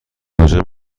کجا